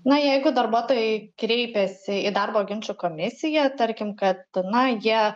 na jeigu darbuotojai kreipiasi į darbo ginčų komisiją tarkim kad na jie